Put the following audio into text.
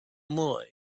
more